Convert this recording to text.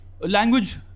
language